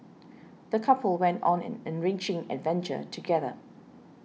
the couple went on an enriching adventure together